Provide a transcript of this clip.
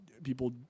People